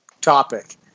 topic